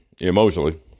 Emotionally